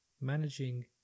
managing